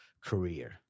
career